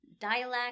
dialect